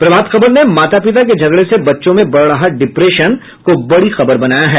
प्रभात खबर ने माता पिता के झगड़े से बच्चों में बढ़ रहा डिप्रेशन को बड़ी खबर बनाया है